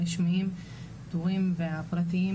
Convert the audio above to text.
הרשמיים, הפתורים והפרטיים